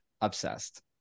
obsessed